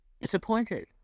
disappointed